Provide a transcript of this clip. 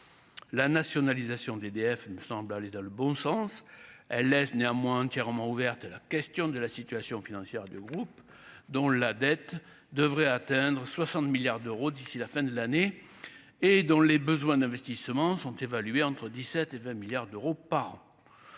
la nationalisation d'EDF, il nous semble aller dans le bon sens, elle laisse néanmoins entièrement ouverte la question de la situation financière du groupe, dont la dette devrait atteindre 60 milliards d'euros d'ici la fin de l'année et dans les besoins d'investissement sont évalués entre 17 et 20 milliards d'euros par an,